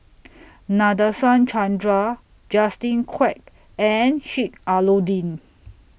Nadasen Chandra Justin Quek and Sheik Alau'ddin